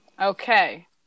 okay